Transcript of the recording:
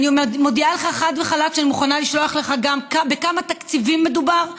ואני מודיעה לך חד וחלק שאני מוכנה לשלוח לך גם בכמה תקציבים מדובר,